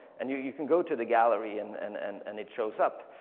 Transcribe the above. and you you can go to the gallery and and and and it shows up.